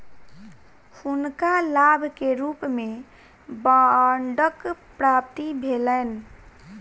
हुनका लाभ के रूप में बांडक प्राप्ति भेलैन